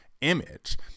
image